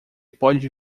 pode